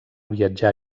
viatjar